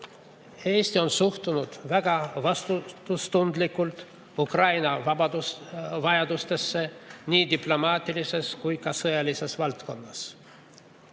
on suhtunud väga vastutustundlikult Ukraina vabadusvajadustesse nii diplomaatilises kui ka sõjalises valdkonnas.